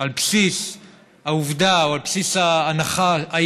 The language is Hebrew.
על בסיס העובדה או על בסיס ההנחה אם